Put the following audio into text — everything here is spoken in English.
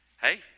hey